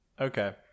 Okay